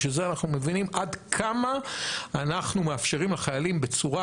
בשביל זה אנחנו מבינים עד כמה אנחנו מאפשרים לחיילים בצורה,